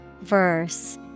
Verse